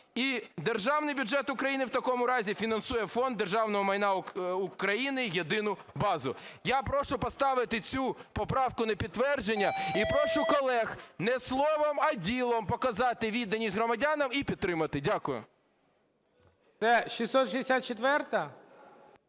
і державний бюджет України в такому разі фінансує Фонд державного майна України Єдину базу. Я прошу поставити цю поправку на підтвердження і прошу колег не словом, а ділом показати відданість громадянам і підтримати. Дякую.